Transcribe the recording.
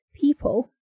people